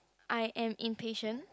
I am impatient